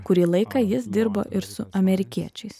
kurį laiką jis dirbo ir su amerikiečiais